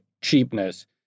cheapness